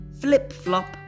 Flip-flop